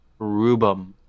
rubum